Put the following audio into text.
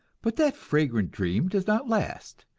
but that fragrant dream does not last.